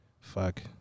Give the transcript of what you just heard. fuck